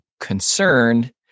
Concerned